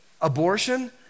abortion